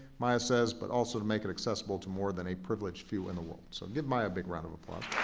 maya says, but also to make it accessible to more than a privileged few in the world. so give maya a big round of applause.